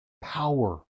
power